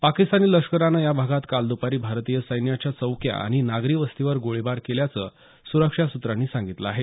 पाकिस्तानी लष्करानं या भागात काल द्पारी भारतीय सैन्याच्या चौक्या आणि नागरी वसाहतीवर गोळीबार केल्याच सुरक्षा सूत्रांनी सांगितलं आहे